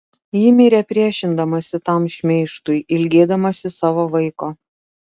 ji mirė priešindamasi tam šmeižtui ilgėdamasi savo vaiko